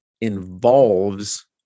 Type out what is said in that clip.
involves